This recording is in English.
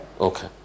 Okay